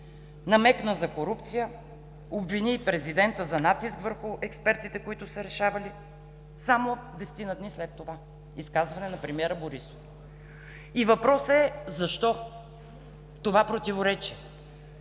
намекна за корупция, обвини президента за натиск върху експертите, които са решавали само десетина дни след това – изказване на премиера Борисов. Въпросът е: защо е това противоречие?